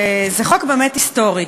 זה חוק באמת היסטורי.